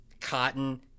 cotton